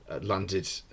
landed